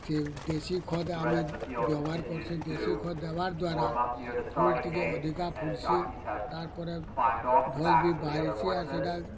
ଯେ ଦେଶୀ ଖଦ୍ ଆମେ ବ୍ୟବହାର କରୁଛୁ ଦେଶୀ ଖଦ୍ ଦେବାର୍ ଦ୍ୱାରା ଫୁଲ୍ ଟିକେ ଅଧିକା ଫୁଟ୍ସି ତାର୍ ପରେ ଭଲ୍ ବି ବାହାରିଛି ଆର୍ ସେଇଟା